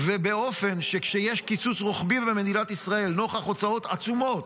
באופן שכשיש קיצוץ רוחבי במדינת ישראל נוכח הוצאות עצומות,